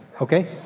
Okay